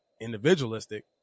individualistic